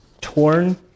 torn